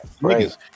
Right